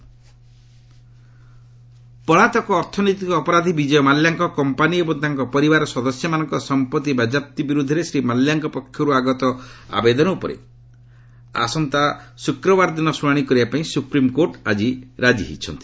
SC Mallya ପଳାତକ ଅର୍ଥନୈତିକ ଅପରାଧୀ ବିଜୟ ମାଲ୍ୟାଙ୍କ କମ୍ପାନୀ ଏବଂ ତାଙ୍କ ପରିବାର ସଦସ୍ୟମାନଙ୍କ ସମ୍ପତ୍ତି ବାଜ୍ୟାପ୍ତି ବିରୁଦ୍ଧରେ ଶ୍ରୀ ମାଲ୍ୟାଙ୍କ ପକ୍ଷରୁ ଆଗତ ଆବେଦନ ଉପରେ ଆସନ୍ତା ଶ୍ରକ୍ରବାର ଦିନ ଶ୍ରଣାଶି କରିବା ପାଇଁ ସୁପ୍ରିମ୍କୋର୍ଟ ଆକି ରାଜି ହୋଇଛନ୍ତି